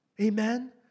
Amen